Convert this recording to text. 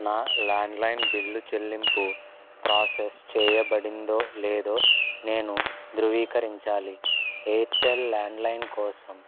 నా landline bill చెల్లింపు process చెయ్యబడిందో లేదో నేను ధృవీకరించాలి ఎయిర్టెల్ ల్యాండ్లైన్ కోసం